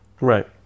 Right